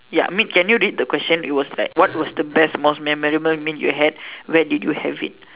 ya I mean can you read the question it was like what was the most best memorable meal you had where did you have it